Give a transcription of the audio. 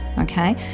okay